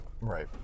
Right